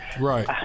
right